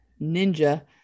Ninja